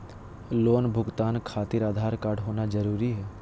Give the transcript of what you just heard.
Loan भुगतान खातिर Aadhaar card होना जरूरी है?